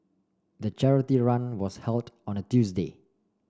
the charity run was held on a Tuesday